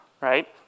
Right